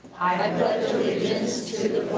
i pledge allegiance to